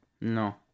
No